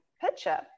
picture